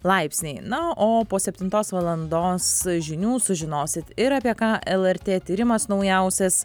laipsniai na o po septintos valandos žinių sužinosit ir apie ką lrt tyrimas naujausias